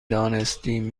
دانستیم